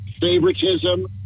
favoritism